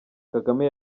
kagame